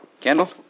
Kendall